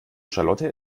charlotte